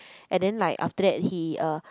and then like after that he uh